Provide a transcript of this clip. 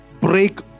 break